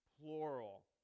plural